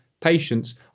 patients